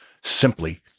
simply